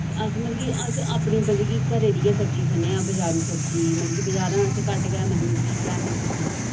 ते अस मतलब की अस अपनी मतलब कि घरै दी गै सब्जी खन्ने आं बजारों सब्जी मतलब की बजारा अस घट गै मतलब कि लेआन्ने सब्जी